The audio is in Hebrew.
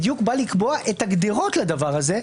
בא לקבוע את הגדרות לדבר הזה,